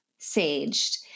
saged